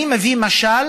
אני מביא כמשל